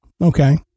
Okay